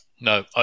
No